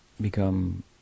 become